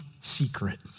Secret